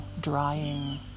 drying